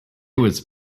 was